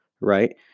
right